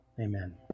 Amen